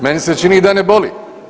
Meni se čini da ne boli.